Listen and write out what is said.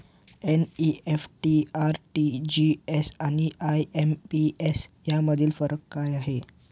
NEFT, RTGS आणि IMPS यामधील फरक काय आहे?